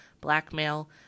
blackmail